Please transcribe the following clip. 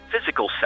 physical